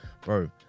bro